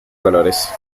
colores